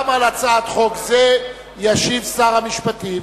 גם על הצעת חוק זו ישיב שר המשפטים.